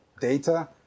data